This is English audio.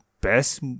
best